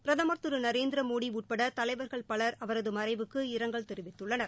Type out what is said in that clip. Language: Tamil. பிரதமர் திரு நரேந்திர மோடி உட்பட தலைவர்கள் பவர் அவரது மறைவுக்கு இரங்கல் தெரிவித்துள்ளனர்